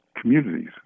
communities